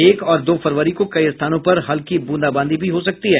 एक और दो फरवरी को कई स्थानों पर हल्की बूंदाबांदी भी हो सकती है